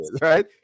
right